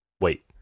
Wait